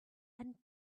and